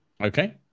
Okay